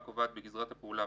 בגזרת הפעולה,